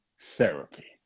Therapy